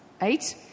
eight